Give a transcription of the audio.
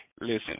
Listen